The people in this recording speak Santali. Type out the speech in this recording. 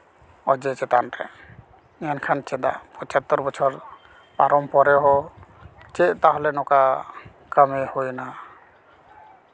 ᱚᱡᱮ ᱪᱮᱛᱟᱱ ᱨᱮ ᱢᱮᱱᱠᱷᱟᱱ ᱪᱮᱫᱟᱜ ᱯᱚᱸᱪᱟᱛᱛᱚᱨ ᱵᱚᱪᱷᱚᱨ ᱯᱟᱨᱚᱢ ᱛᱟᱦᱞᱮ ᱫᱚ ᱪᱮᱫ ᱛᱟᱦᱚᱞᱮ ᱱᱚᱝᱠᱟ ᱠᱟᱹᱢᱤ ᱦᱩᱭᱱᱟ